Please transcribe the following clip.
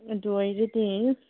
ꯑꯗꯨ ꯑꯣꯏꯔꯗꯤ